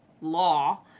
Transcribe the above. law